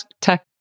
tech